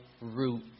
root